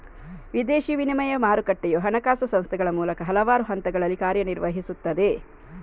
ವಿದೇಶಿ ವಿನಿಮಯ ಮಾರುಕಟ್ಟೆಯು ಹಣಕಾಸು ಸಂಸ್ಥೆಗಳ ಮೂಲಕ ಹಲವಾರು ಹಂತಗಳಲ್ಲಿ ಕಾರ್ಯ ನಿರ್ವಹಿಸುತ್ತದೆ